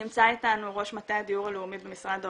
נמצא איתנו ראש מטה הדיור הלאומי במשרד האוצר,